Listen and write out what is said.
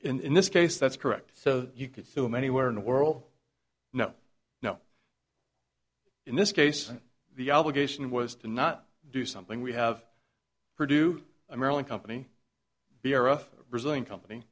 in this case that's correct so you could sue him anywhere in the world no no in this case the obligation was to not do something we have produced a maryland company the era of brazilian company